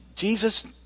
Jesus